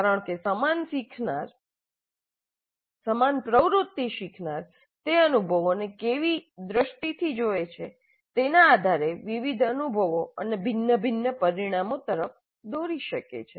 કારણ કે સમાન પ્રવૃત્તિ શીખનાર તે અનુભવોને કેવી દ્રષ્ટિથી જુએ છે તેના આધારે વિવિધ અનુભવો અને ભિન્ન ભિન્ન પરિણામો તરફ દોરી શકે છે